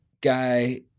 guy